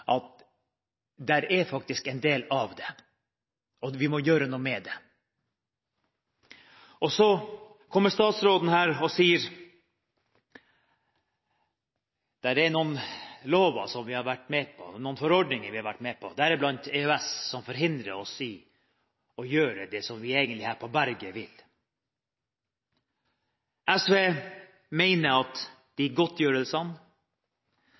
del av dette, og vi må gjøre noe med det. Så kommer statsråden her og sier at det er noen lover og forordninger som vi har vært med på – deriblant EØS – som forhindrer oss i å gjøre det som vi egentlig vil her på berget. SV mener at de godtgjørelsene,